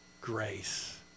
grace